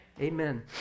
amen